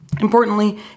Importantly